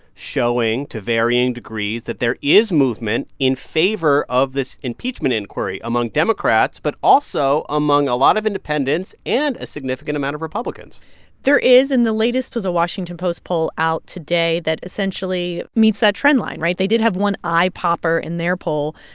showing, to varying degrees, that there is movement in favor of this impeachment inquiry among democrats but also among a lot of independents and a significant amount of republicans there is. and the latest was a washington post poll out today that essentially meets that trend line, right? they did have one eye-popper in their poll,